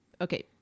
okay